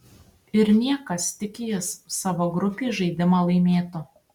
ir niekas tik jis savo grupėj žaidimą laimėtų